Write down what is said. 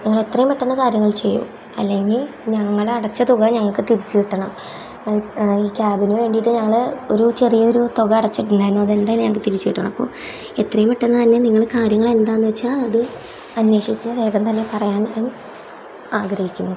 നിങ്ങളെത്രയും പെട്ടെന്ന് കാര്യങ്ങൾ ചെയ്യൂ അല്ലെങ്കിൽ ഞങ്ങളടച്ച തുക ഞങ്ങൾക്ക് തിരിച്ചു കിട്ടണം ഈ ക്യാബിന് വേണ്ടിയിട്ട് ഞങ്ങൾ ഒരു ചെറിയൊരു തുക അടച്ചിട്ടുണ്ടായിരുന്നു അതെന്തായാലും തിരിച്ചു കിട്ടണം അപ്പോൾ എത്രയും പെട്ടെന്നു തന്നെ നിങ്ങൾ കാര്യങ്ങൾ എന്താണെന്നു വെച്ചാൽ അത് അന്വേഷിച്ച് വേഗം തന്നെ പറയാൻ ആഗ്രഹിക്കുന്നു